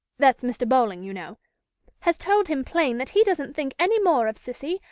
that's mr. bowling, you know has told him plain that he doesn't think any more of cissy,